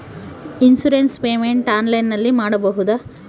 Insurance payment ಆನ್ಲೈನಿನಲ್ಲಿ ಮಾಡಬಹುದಾ?